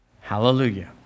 hallelujah